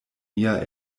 mia